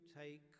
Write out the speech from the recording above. take